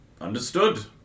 Understood